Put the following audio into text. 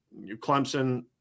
Clemson